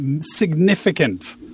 significant